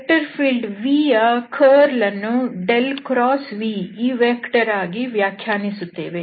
vector field v ಯ ಸುರುಳಿ ಅಥವಾ ಕರ್ಲ್ ಅನ್ನು v ಈ ವೆಕ್ಟರ್ ಆಗಿ ವ್ಯಾಖ್ಯಾನಿಸುತ್ತೇವೆ